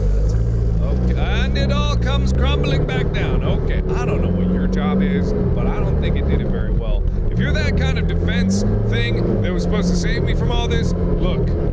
that's weird. okay, and it all comes crumbling back down, okay i don't know what your job is, but i don't think it did it very well. if you're that kind of defense thing that was supposed to save me from all this, look.